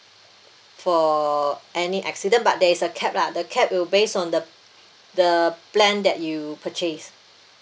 for any accident but there is a cap the cap will base on the the plan that you purchase